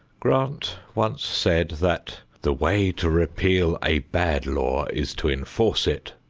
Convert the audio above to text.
grant once said that, the way to repeal a bad law is to enforce it.